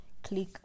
click